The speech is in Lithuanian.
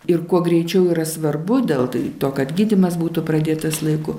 ir kuo greičiau yra svarbu deltai to kad gydymas būtų pradėtas laiku